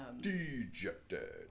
Dejected